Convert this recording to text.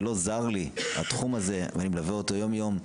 זה לא זר לי התחום הזה ואני מלווה אותו יום-יום.